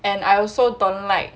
and I also don't like